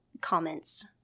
comments